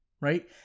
right